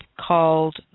called